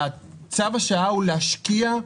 צו השעה הוא להשקיע,